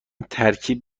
ترکیب